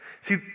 See